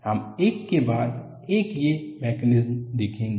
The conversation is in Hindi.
हम एक के बाद एक ये मैकेनिज्मस देखेंगे